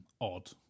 odd